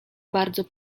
bardzo